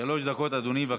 שלוש דקות, אדוני,